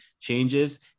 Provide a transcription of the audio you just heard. changes